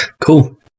cool